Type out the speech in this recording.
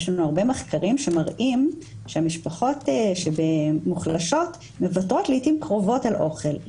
יש לנו מחקרים שמראים שמשפחות מוחלשות מוותרות לעתים קרובות על אוכל,